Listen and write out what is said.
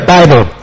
Bible